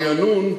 ברענון.